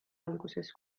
alguses